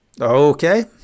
Okay